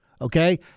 Okay